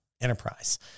enterprise